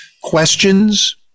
questions